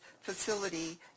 facility